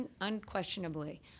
Unquestionably